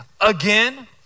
again